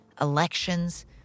elections